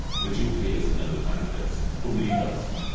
but you'll pay us another time for this. believe us,